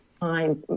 time